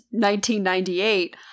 1998